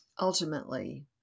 Ultimately